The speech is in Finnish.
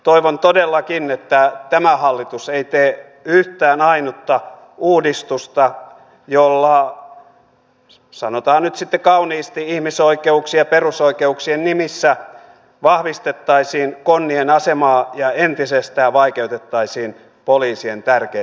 toivon todellakin että tämä hallitus ei tee yhtään ainutta uudistusta jolla sanotaan nyt sitten kauniisti ihmisoikeuksien ja perusoikeuksien nimissä vahvistettaisiin konnien asemaa ja entisestään vaikeutettaisiin poliisien tärkeää työtä